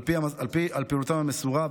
על פעילותם המסורה,